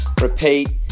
Repeat